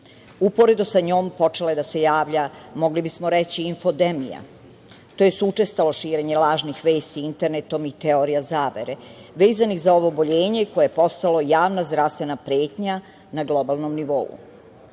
Uporedo sa njom, počela je da se javlja, mogli bismo reći, infodemija, tj. učestalo širenje lažnih vesti internetom i teorija zavere, vezanih za ovo oboljenje, koje je postalo javna zdravstvena pretnja na globalnom nivou. Naša